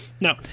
no